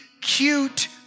cute